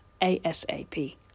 ASAP